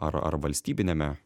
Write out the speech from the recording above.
ar ar valstybiniame